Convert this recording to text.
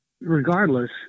regardless